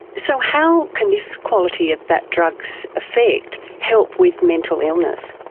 so how can this quality of that drug's effect help with mental illness?